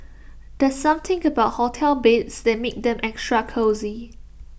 there's something about hotel beds that makes them extra cosy